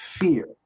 fear